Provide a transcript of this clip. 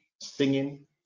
singing